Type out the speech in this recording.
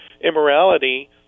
immorality